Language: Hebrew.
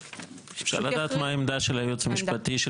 אפשר לדעת מה העמדה של הייעוץ המשפטי של